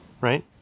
right